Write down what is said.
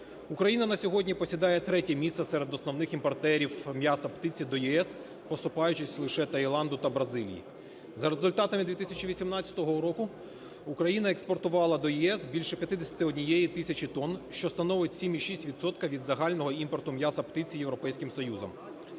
Україна на сьогодні посідає третє місце серед основних імпортерів м'яса птиці до ЄС, поступаючись лише Таїланду та Бразилії. За результатами 2018 року Україна експортувала до ЄС більше 51 тисячі тонн, що становить 7,6 відсотка від загального імпорту м'яса птиці Європейським Союзом.